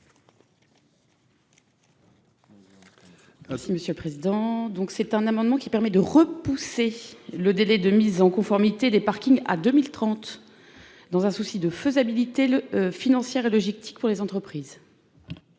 Ce. Si Monsieur le Président, donc c'est un amendement qui permet de repousser le délai de mise en conformité des parkings à 2030 dans un souci de faisabilité le financière logique tic, pour les entreprises.